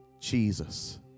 Jesus